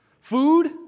Food